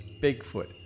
Bigfoot